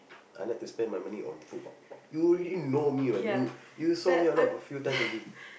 I like to spend my money on food you already know me what you you saw me a lot a few times already